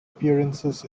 appearances